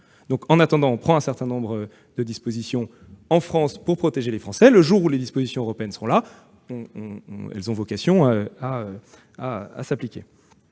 En attendant, prenons un certain nombre de dispositions en France pour protéger les Français. Lorsque les dispositions européennes seront adoptées, elles auront vocation à s'appliquer.